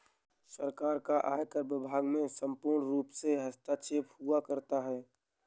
सरकार का आयकर विभाग में पूर्णरूप से हस्तक्षेप हुआ करता है